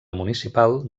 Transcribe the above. municipal